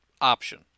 option